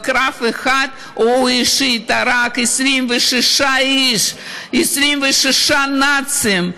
בקרב אחד הוא אישית הרג 26 איש, 26 נאצים.